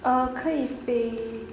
err 可以飞